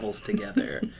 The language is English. together